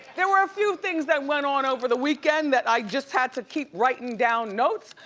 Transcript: there were a few things that went on over the weekend, that i just had to keep writin' down notes.